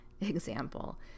example